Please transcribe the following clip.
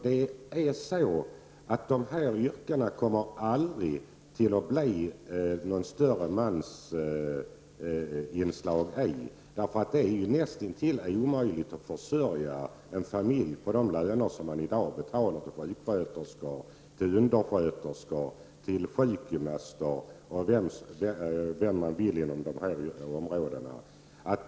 Det kommer i dessa yrken heller aldrig att bli något större mansinslag, eftersom det är näst intill omöjligt att försörja en familj på de löner som man i dag betalar till sjuksköterskor, till undersköterskor, till sjukgymnaster och till övriga inom de här områdena.